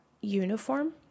uniform